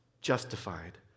justified